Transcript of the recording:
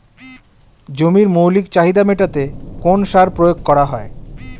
জমির মৌলিক চাহিদা মেটাতে কোন সার প্রয়োগ করা হয়?